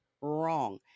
wrong